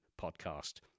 Podcast